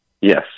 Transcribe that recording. Yes